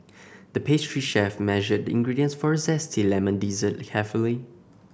the pastry chef measured the ingredients for a zesty lemon dessert carefully